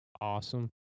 awesome